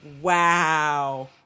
wow